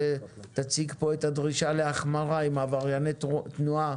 תציג פה את הדרישה להחמרה עם עברייני תנועה